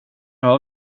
har